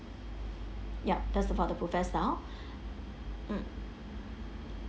yup that's about the buffet style mm